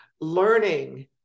Learning